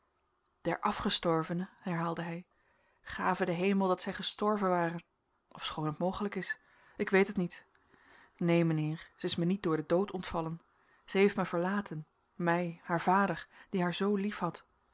der afgestorvene herhaalde hij gave de hemel dat zij gestorven ware ofschoon het mogelijk is ik weet het niet neen mijnheer zij is mij niet door den dood ontvallen zij heeft mij verlaten mij haar vader die haar zoo liefhad